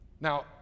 Now